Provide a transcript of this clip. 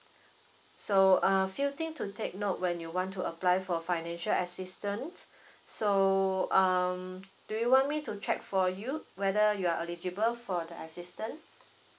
so uh few thing to take note when you want to apply for financial assistant so um do you want me to check for you whether you are eligible for the assistant